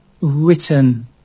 written